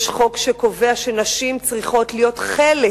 יש חוק שקובע שנשים צריכות להיות חלק